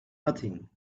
nothing